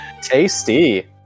Tasty